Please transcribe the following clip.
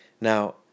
Now